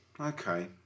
okay